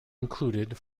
included